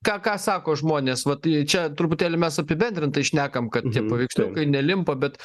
ką ką sako žmonės vat čia truputėlį mes apibendrintai šnekam kad tie paveiksliukai nelimpa bet